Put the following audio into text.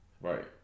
Right